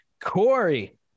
Corey